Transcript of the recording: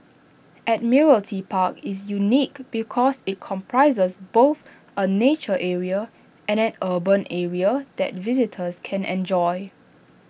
Admiralty Park is unique because IT comprises both A nature area and an urban area that visitors can enjoy